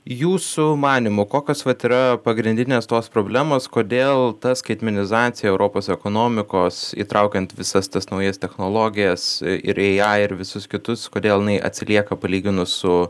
jūsų manymu kokios vat yra pagrindinės tos problemos kodėl ta skaitmenizacija europos ekonomikos įtraukiant visas tas naujas technologijas ir i ai ir visus kitus kodėl jinai atsilieka palyginus su